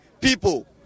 people